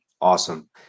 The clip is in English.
Awesome